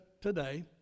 today